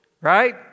right